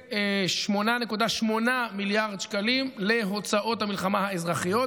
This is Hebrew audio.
ו-8.8 מיליארד שקלים להוצאות המלחמה האזרחיות.